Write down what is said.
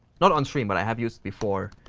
not on stream, but i have used it before.